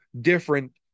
different